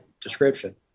description